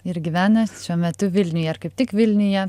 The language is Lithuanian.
ir gyvenat šiuo metu vilniuje ir kaip tik vilniuje